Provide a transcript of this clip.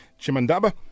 Chimandaba